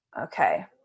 Okay